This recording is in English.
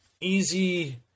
easy